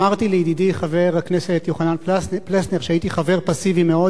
אמרתי לידידי חבר הכנסת יוחנן פלסנר שהייתי חבר פסיבי מאוד,